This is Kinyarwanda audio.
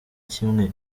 kimwe